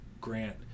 grant